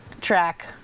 track